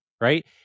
right